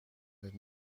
een